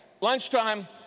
Lunchtime